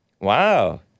Wow